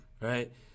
right